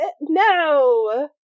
no